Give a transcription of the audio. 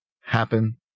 happen